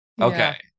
okay